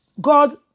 God